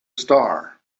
star